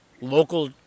local